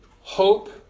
hope